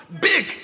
big